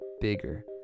bigger